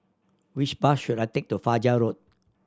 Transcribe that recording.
which bus should I take to Fajar Road